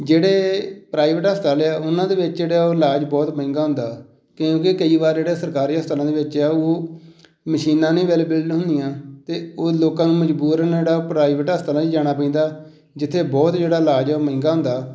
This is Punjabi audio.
ਜਿਹੜੇ ਪ੍ਰਾਈਵੇਟ ਹਸਪਤਾਲ ਆ ਉਹਨਾਂ ਦੇ ਵਿੱਚ ਜਿਹੜਾ ਉਹ ਇਲਾਜ ਬਹੁਤ ਮਹਿੰਗਾ ਹੁੰਦਾ ਕਿਉਂਕਿ ਕਈ ਵਾਰ ਜਿਹੜੇ ਸਰਕਾਰੀ ਹਸਪਤਾਲਾਂ ਦੇ ਵਿੱਚ ਹੈ ਉਹ ਮਸ਼ੀਨਾਂ ਨਹੀਂ ਵੈਲਬਿਲਡ ਹੁੰਦੀਆਂ ਅਤੇ ਉਹ ਲੋਕਾਂ ਨੂੰ ਮਜ਼ਬੂਰ ਨੇੜਾ ਉਹ ਪ੍ਰਾਈਵੇਟ ਹਸਪਤਾਲਾਂ 'ਚ ਜਾਣਾ ਪੈਂਦਾ ਜਿੱਥੇ ਬਹੁਤ ਜਿਹੜਾ ਇਲਾਜ ਹੈ ਉਹ ਮਹਿੰਗਾ ਹੁੰਦਾ